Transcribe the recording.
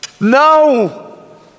No